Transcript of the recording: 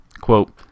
quote